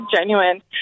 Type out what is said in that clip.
genuine